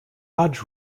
hajj